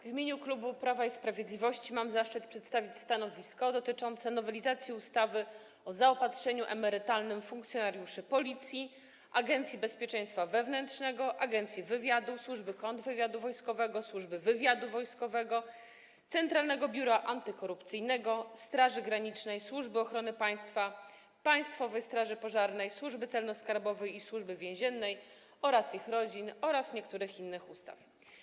W imieniu klubu Prawo i Sprawiedliwość mam zaszczyt przedstawić stanowisko dotyczące nowelizacji ustawy o zaopatrzeniu emerytalnym funkcjonariuszy Policji, Agencji Bezpieczeństwa Wewnętrznego, Agencji Wywiadu, Służby Kontrwywiadu Wojskowego, Służby Wywiadu Wojskowego, Centralnego Biura Antykorupcyjnego, Straży Granicznej, Służby Ochrony Państwa, Państwowej Straży Pożarnej, Służby Celno-Skarbowej i Służby Więziennej oraz ich rodzin oraz niektórych innych ustaw.